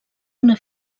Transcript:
una